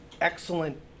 excellent